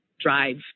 drive